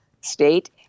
state